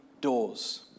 doors